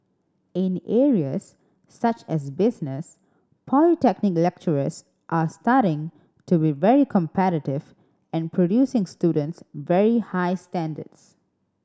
in areas such as business polytechnic lecturers are starting to be very competitive and producing students very high standards